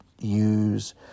use